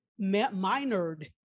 minored